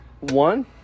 one